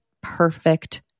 perfect